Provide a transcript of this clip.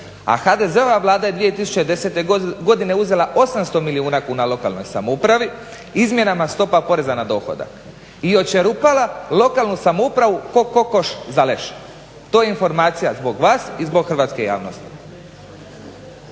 HDZ-ova Vlada je 2010. Uzela 800 milijuna kuna lokalnoj samoupravi izmjenama stopama poreza na dohodak i očerupala lokalnu samoupravu ko kokoš za leš to je informacija zbog vas i zbog hrvatske javnosti.